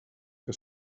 que